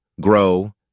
grow